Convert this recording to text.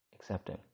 accepting